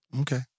Okay